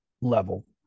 level